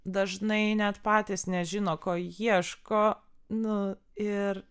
dažnai net patys nežino ko ieško nu ir